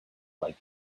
like